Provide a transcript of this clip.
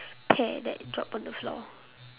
pear that drop on the floor